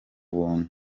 buntu